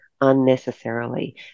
unnecessarily